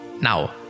Now